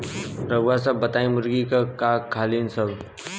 रउआ सभ बताई मुर्गी का का खालीन सब?